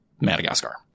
Madagascar